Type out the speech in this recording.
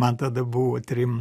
man tada buvo trim